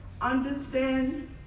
Understand